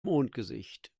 mondgesicht